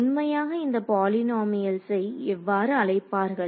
உண்மையாக இந்த பாலினாமியல்ஸை எவ்வாறு அழைப்பார்கள்